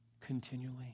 continually